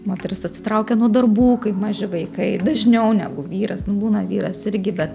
moteris atsitraukia nuo darbų kai maži vaikai dažniau negu vyras būna vyras irgi bet